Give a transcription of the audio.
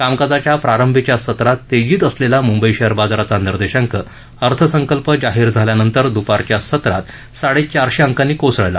कामकाजाच्या प्रारंभीच्या सत्रात तेजीत असलेला मुंबई शेअर बाजाराचा निर्देशांक अर्थसंकल्प जाहीर झाल्यानंतर दुपारचा सत्रात चाडेचारशे अंकांनी कोसळला